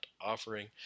offering